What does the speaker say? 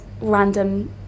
random